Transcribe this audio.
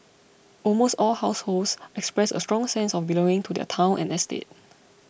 almost all households expressed a strong sense of belonging to their town and estate